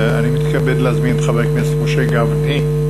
אני מתכבד להזמין את חבר הכנסת משה גפני.